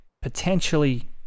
potentially